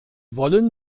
wollen